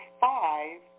five